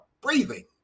breathing